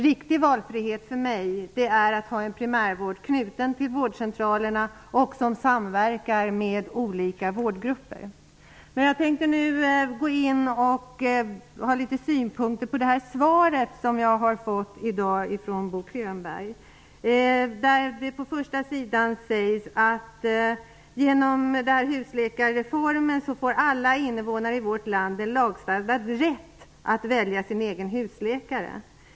Riktig valfrihet för mig är en primärvård knuten till vårdcentralerna där olika vårdgrupper samverkar. Jag skall nu ha litet synpunkter på Bo Könbergs svar på min interpellation. Bo Könberg sade bl.a. att genom husläkarreformen får alla invånare i vårt land en lagstadgad rätt att välja sin egen husläkare.